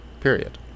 Period